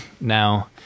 Now